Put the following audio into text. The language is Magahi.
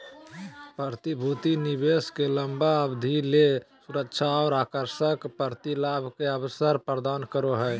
प्रतिभूति निवेश के लंबा अवधि ले सुरक्षा और आकर्षक प्रतिलाभ के अवसर प्रदान करो हइ